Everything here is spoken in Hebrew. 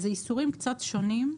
אלו איסורים קצת שונים.